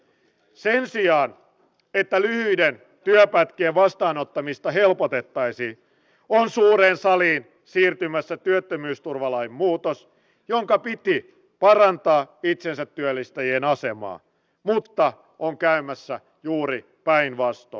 sen sijaan että lyhyiden työpätkien vastaanottamista helpotettaisiin on suureen saliin siirtymässä työttömyysturvalain muutos jonka piti parantaa itsensä työllistäjien asemaa mutta on käymässä juuri päinvastoin